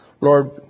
Lord